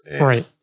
Right